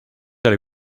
del